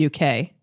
UK